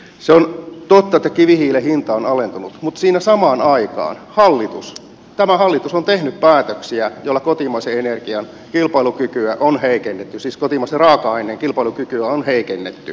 se on totta että kivihiilen hinta on alentunut mutta siinä samaan aikaan tämä hallitus on tehnyt päätöksiä joilla kotimaisen raaka aineen kilpailukykyä on heikennetty sisko timosen rautainen kilpailukyky on heikennetty